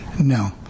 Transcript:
no